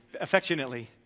affectionately